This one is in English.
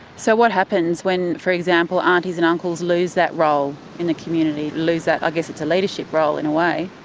so what happens when, for example, aunties and uncles lose that role in the community, lose that, i guess it's a leadership role in a way?